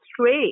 straight